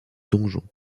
donjon